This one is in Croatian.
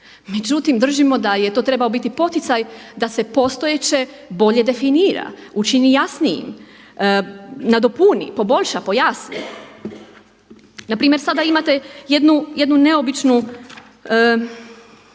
Međutim, držimo da je to trebao biti poticaj da se postojeće bolje definira, učini jasnijim, nadopuni, poboljša, pojasni. Na primjer sada imate jednu neobičnu,